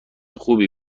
خوبی